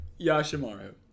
Yashimaru